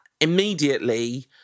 immediately